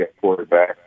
quarterback